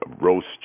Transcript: roast